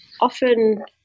often